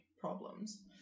problems